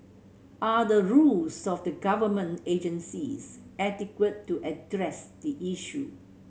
are the rules of the government agencies adequate to address the issue